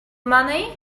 money